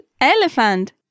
elephant